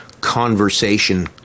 conversation